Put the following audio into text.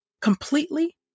completely